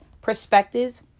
perspectives